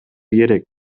керек